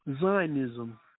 Zionism